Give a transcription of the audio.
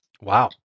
Wow